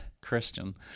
Christian